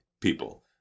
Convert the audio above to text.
people